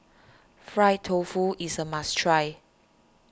Fried Tofu is a must try